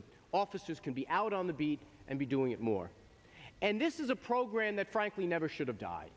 that officers can be out on the beat and be doing it more and this is a program that frankly never should have died